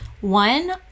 One